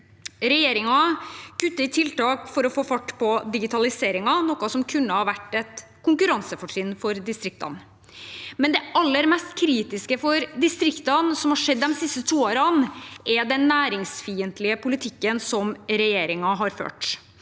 Regjeringen kutter i tiltak for å få fart på digitaliseringen, noe som kunne ha vært et konkurransefortrinn for distriktene. Det aller mest kritiske for distriktene som har skjedd de siste to årene, er likevel den næringsfiendtlige politikken som regjeringen har ført.